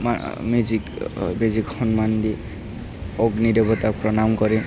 magic মেজিক সন্মান দি অগ্নি দেৱতাক প্ৰণাম কৰি